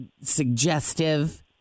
suggestive